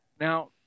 Now